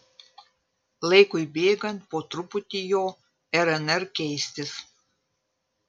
laikui bėgant po truputį jo rnr keistis